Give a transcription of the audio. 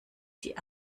die